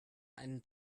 einen